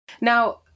Now